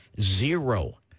zero